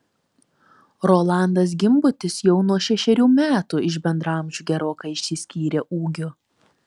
rolandas gimbutis jau nuo šešerių metų iš bendraamžių gerokai išsiskyrė ūgiu